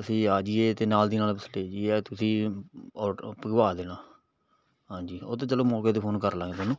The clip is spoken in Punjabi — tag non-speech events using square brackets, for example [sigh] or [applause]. ਅਸੀਂ ਆ ਜਾਈਏ ਅਤੇ ਨਾਲ ਦੀ ਨਾਲ [unintelligible] ਤੁਸੀਂ ਔਡਰ ਉਹ ਭਿਜਵਾ ਦੇਣਾ ਹਾਂਜੀ ਉਹ ਤਾਂ ਚਲੋ ਮੋਕੇ 'ਤੇ ਫੋਨ ਕਰ ਲਾਂਗੇ ਤੁਹਾਨੂੰ